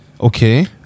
Okay